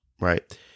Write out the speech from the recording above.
right